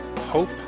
hope